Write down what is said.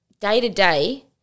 day-to-day